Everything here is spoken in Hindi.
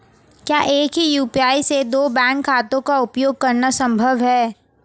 क्या एक ही यू.पी.आई से दो बैंक खातों का उपयोग करना संभव है?